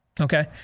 Okay